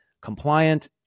compliant